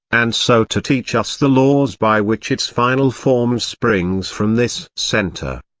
and so to teach us the laws by which its final form springs from this centre.